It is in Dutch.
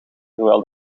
terwijl